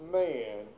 man